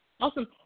Awesome